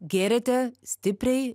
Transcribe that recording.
gėrėte stipriai